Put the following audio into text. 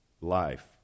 life